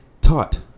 taught